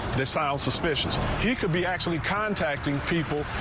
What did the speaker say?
this i'll suspicions he could be actually contacting people.